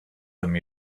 them